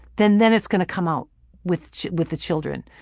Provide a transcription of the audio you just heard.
then then it's gonna come out with with the children.